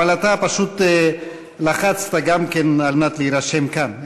אבל אתה פשוט לחצת גם כדי להירשם כאן.